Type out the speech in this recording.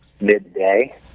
midday